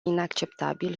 inacceptabil